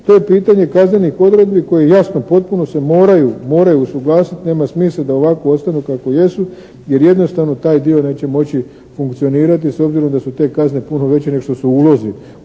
to je pitanje kaznenih odredbi koje jasno potpuno se moraju usuglasiti, nema smisla da ovako ostanu kako jesu jer jednostavno taj dio neće moći funkcionirati s obzirom da su te kazne puno veće nego što su ulozi